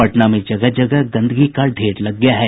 पटना में जगह जगह गंदगी का ढेर लग गया है